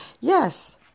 Yes